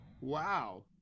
wow